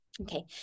Okay